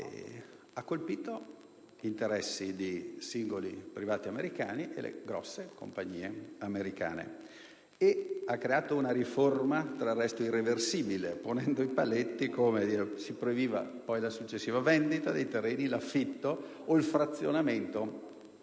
colpisce quindi interessi di singoli privati americani e grosse compagnie americane creando una riforma irreversibile, ponendo dei paletti: si proibiva la successiva vendita dei terreni, l'affitto o il frazionamento